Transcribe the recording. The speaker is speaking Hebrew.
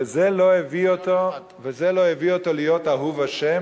וזה לא הביא אותו להיות אהוב ה',